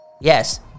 Yes